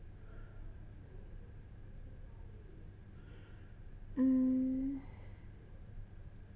mm